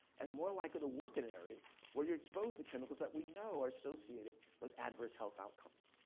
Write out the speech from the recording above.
and more likely to work in areas where you're exposed to chemicals that we know are associated with adverse health outcomes.